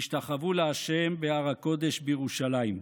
והשתחוו לה' בהר הקדש בירושלם".